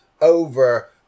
over